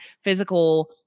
physical